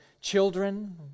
children